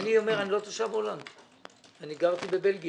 אנחנו מצאנו במרשם האוכלוסין או